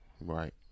Right